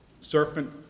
serpent